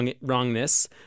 wrongness